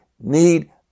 need